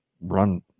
run